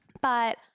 But-